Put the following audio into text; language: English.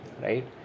right